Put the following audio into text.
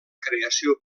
creació